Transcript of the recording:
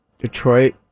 Detroit